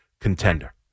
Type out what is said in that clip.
contender